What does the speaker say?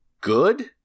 good